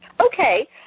Okay